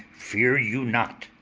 fear you not.